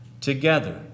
together